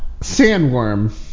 Sandworm